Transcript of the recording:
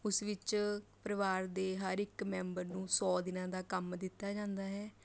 ਉਸ ਵਿੱਚ ਪਰਿਵਾਰ ਦੇ ਹਰ ਇੱਕ ਮੈਂਬਰ ਨੂੰ ਸੌ ਦਿਨਾਂ ਦਾ ਕੰਮ ਦਿੱਤਾ ਜਾਂਦਾ ਹੈ